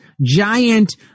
Giant